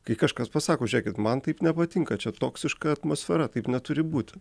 kai kažkas pasako žiūrėkit man taip nepatinka čia toksiška atmosfera taip neturi būti